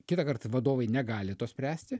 kitąkart vadovai negali to spręsti